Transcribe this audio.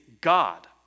God